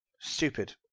Stupid